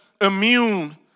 immune